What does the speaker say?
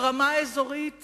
ברמה האזורית